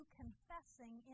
confessing